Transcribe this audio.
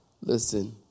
Listen